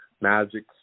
Magic